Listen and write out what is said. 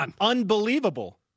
unbelievable